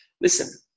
Listen